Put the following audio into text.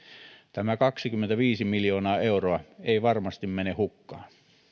tämä kaksikymmentäviisi miljoonaa euroa ei varmasti mene hukkaan